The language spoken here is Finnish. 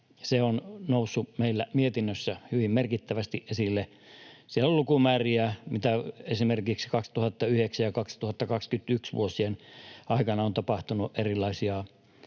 Se on noussut meillä mietinnössä hyvin merkittävästi esille. Siellä on lukumääriä, mitä esimerkiksi vuosien 2019—2021 aikana on tapahtunut erilaisia